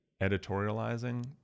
editorializing